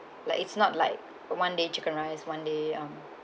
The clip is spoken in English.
like it's not like one day chicken rice one day um